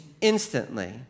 instantly